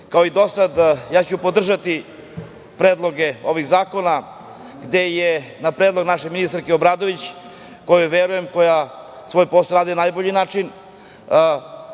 i do sada, ja ću podržati predloge ovih zakona gde je na predlog naše ministarke Obradović, koja verujem svoj posao radi na najbolji način,